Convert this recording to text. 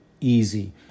easy